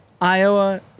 Iowa